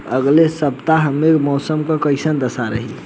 अलगे सपतआह में मौसम के कइसन दशा रही?